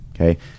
okay